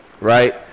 right